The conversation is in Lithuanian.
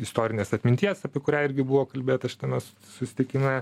istorinės atminties apie kurią irgi buvo kalbėta šitame susitikime